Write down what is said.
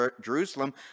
Jerusalem